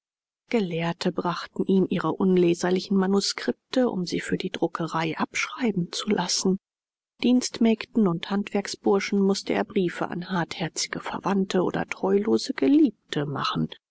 gelehrte brachten ihm ihre unleserlichen manuskripte um sie für die druckereien abschreiben zu lassen dienstmägden und handwerksburschen mußte er briefe an hartherzige verwandte oder treulose geliebte machen